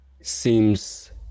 seems